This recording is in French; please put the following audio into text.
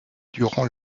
durant